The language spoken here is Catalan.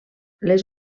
les